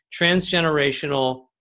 transgenerational